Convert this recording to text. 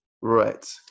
Right